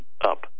up